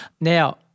Now